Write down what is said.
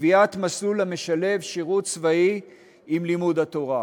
בקביעת מסלול המשלב שירות צבאי עם לימוד התורה.